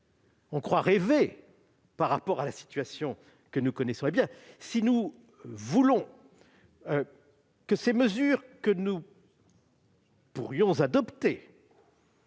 on croit rêver par rapport à la situation que nous connaissons ! Si nous voulons que ces mesures, que nous pourrions adopter